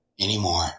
anymore